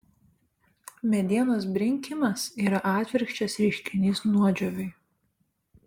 medienos brinkimas yra atvirkščias reiškinys nuodžiūviui